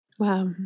Wow